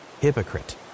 Hypocrite